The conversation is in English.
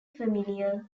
familial